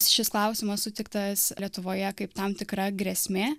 šis klausimas sutiktas lietuvoje kaip tam tikra grėsmė